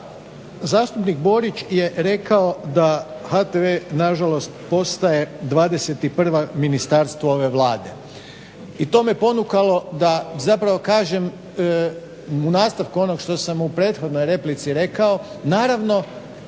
zastupnik Borić je rekao da HTV nažalost postaje 21.ministarstvo ove Vlade. I to me ponukalo da zapravo kažem u nastavku onog što sam u prethodnoj replici rekao, naravno